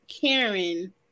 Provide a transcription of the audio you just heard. Karen